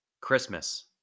Christmas